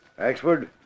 Axford